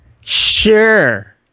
Sure